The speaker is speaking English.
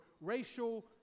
racial